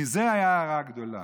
מזה הייתה ההארה הגדולה.